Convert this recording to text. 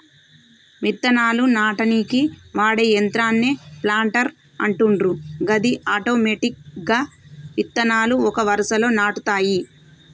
విత్తనాలు నాటనీకి వాడే యంత్రాన్నే ప్లాంటర్ అంటుండ్రు గది ఆటోమెటిక్గా విత్తనాలు ఒక వరుసలో నాటుతాయి